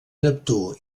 neptú